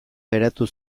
geratu